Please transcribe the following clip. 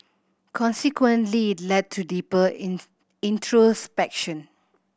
consequently led to deeper in introspection